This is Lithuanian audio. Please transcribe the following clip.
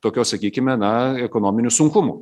tokio sakykime na ekonominių sunkumų